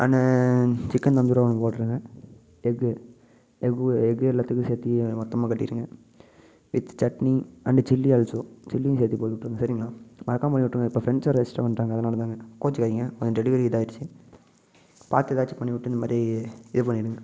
and chicken tandoori ஒன்று போட்டுருங்க egg egg egg எல்லாத்துக்கும் சேர்த்தி மொத்தமாக கட்டிருங்க with chutney and chilli also சில்லியும் சேர்த்தி போட்டு விட்ருங்க சரிங்களா மறக்காமல் பண்ணி விட்ருங்க இப்போ ஃப்ரெண்ட்ஸ் வேறு எஸ்ட்ரா வந்துட்டாங்க அதனால் தாங்க கோச்சிக்காதீங்க கொஞ்சம் டெலிவரி இதாயிருச்சி பார்த்து எதாச்சும் பண்ணி விட்டு இந்த மாதிரி இது பண்ணிவிடுங்க